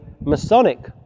Masonic